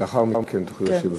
לאחר מכן תוכלי להשיב.